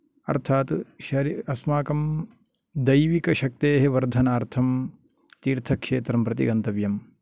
अर्थात् शरि अस्माकं दैविकशक्तेः वर्धनार्थं तिर्थक्षेत्रं प्रति गन्तव्यम्